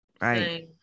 right